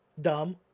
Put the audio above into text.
Dumb